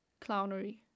Clownery